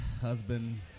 husband